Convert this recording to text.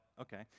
okay